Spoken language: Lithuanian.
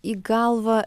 į galvą